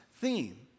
theme